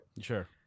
Sure